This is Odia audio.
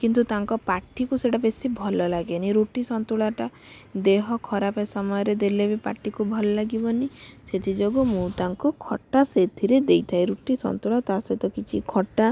କିନ୍ତୁ ତାଙ୍କ ପାଟିକୁ ସେଇଟା ବେଶି ଭଲ ଲାଗେନି ରୁଟି ସନ୍ତୁଳାଟା ଦେହ ଖରାପ ସମୟରେ ଦେଲେ ବି ପାଟିକୁ ଭଲ ଲାଗିବନି ସେଥିଯୋଗୁ ମୁଁ ତାଙ୍କୁ ଖଟା ସେଥିରେ ଦେଇଥାଏ ରୁଟି ସନ୍ତୁଳା ତା ସହିତ କିଛି ଖଟା